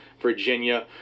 Virginia